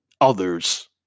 others